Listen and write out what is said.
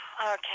Okay